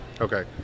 Okay